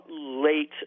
late